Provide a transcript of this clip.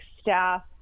staff